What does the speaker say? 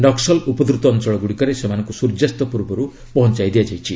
ନକ୍ସଲ ଉପଦ୍ରତ ଅଞ୍ଚଳଗୁଡ଼ିକରେ ସେମାନଙ୍କୁ ସୂର୍ଯ୍ୟାସ୍ତ ପୂର୍ବରୁ ପହଞ୍ଚାଇ ଦିଆଯାଇଛି